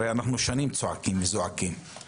הרי אנחנו שנים צועקים וזועקים,